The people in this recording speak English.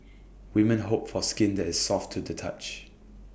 women hope for skin that is soft to the touch